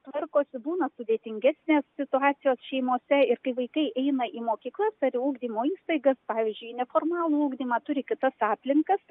tvarkosi būna sudėtingesnės situacijos šeimose ir kai vaikai eina į mokyklas ar ugdymo įstaigas pavyzdžiui į neformalų ugdymą turi kitas aplinkas